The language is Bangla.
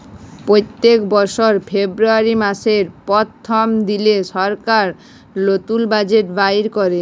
প্যত্তেক বসর ফেব্রুয়ারি মাসের পথ্থম দিলে সরকার লতুল বাজেট বাইর ক্যরে